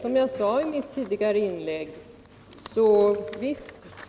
Som jag sade i mitt tidigare inlägg så